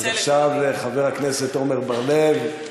עכשיו חבר הכנסת עמר בר-לב.